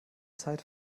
zeit